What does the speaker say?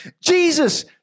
Jesus